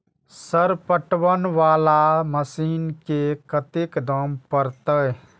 Sir पटवन वाला machine के कतेक दाम परतें?